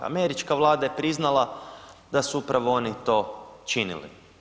Američka Vlada je priznala da su upravo oni to činili.